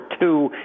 two